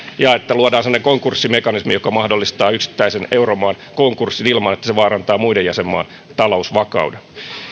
ja että luodaan semmoinen konkurssimekanismi joka mahdollistaa yksittäisen euromaan konkurssin ilman että se vaarantaa muiden jäsenmaiden talousvakauden